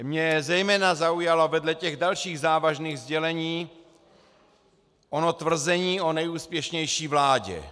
Mě zejména zaujalo vedle těch dalších závažných sdělení ono tvrzení o nejúspěšnější vládě.